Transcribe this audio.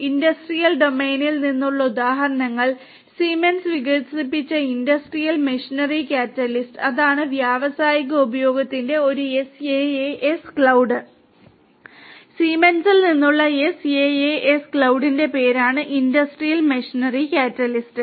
industrial ഡൊമെയ്നിൽ അതാണ് വ്യാവസായിക ഉപയോഗത്തിന് ഒരു SaaS ക്ലൌഡ് സീമെൻസിൽ നിന്നുള്ള SaaS ക്ലൌഡിന്റെ പേരാണ് ഇൻഡസ്ട്രിയൽ മെഷിനറി കാറ്റലിസ്റ്റ്